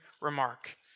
remark